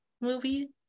movie